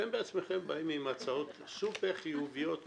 אתם בעצמכם באים עם הצעות סופר חיוביות,